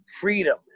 freedom